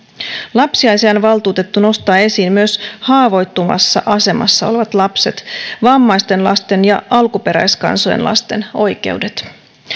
lapsiasiainvaltuutettu nostaa esiin myös haavoittuvassa asemassa olevat lapset vammaisten lasten ja alkuperäiskansojen lasten oikeudet